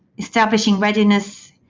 establishing readiness,